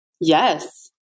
Yes